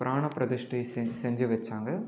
பிராண ப்ரதிஷ்டை செஞ் செஞ்சு வைச்சாங்க